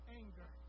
anger